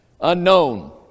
Unknown